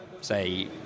say